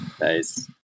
Nice